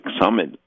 summit